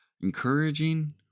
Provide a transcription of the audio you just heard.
encouraging